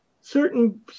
certain